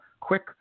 quick